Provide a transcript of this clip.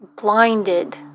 blinded